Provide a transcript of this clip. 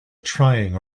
trying